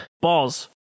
balls